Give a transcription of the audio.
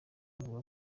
avuga